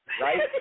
Right